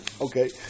okay